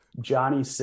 johnny